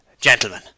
gentlemen